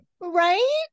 Right